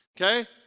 Okay